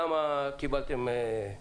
למה קיבלתם ארכה.